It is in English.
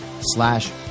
slash